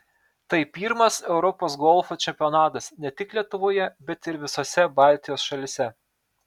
tai pirmas europos golfo čempionatas ne tik lietuvoje bet ir visose baltijos šalyse